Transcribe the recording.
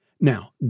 Now